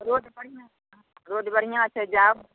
road बढ़िआँ छै road बढ़िआँ छै जाउ